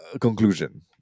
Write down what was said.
conclusion